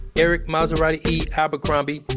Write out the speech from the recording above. eric maserati e abercrombie,